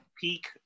peak